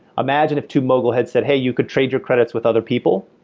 imagine if tubemogul had said, hey, you could trade your credits with other people,